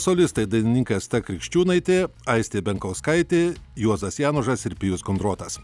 solistai dainininkai asta krikščiūnaitė aistė bankauskaitė juozas janušas ir pijus kondrotas